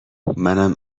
منم